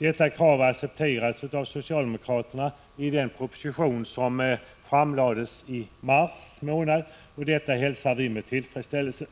Detta krav accepterades av socialdemokraterna i den proposition som framlades i mars månad, och detta hälsar vi med tillfredsställelse.